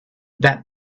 that